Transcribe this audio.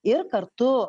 ir kartu